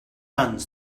nuns